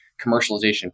commercialization